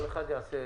בבקשה.